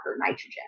nitrogen